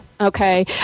Okay